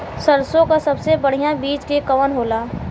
सरसों क सबसे बढ़िया बिज के कवन होला?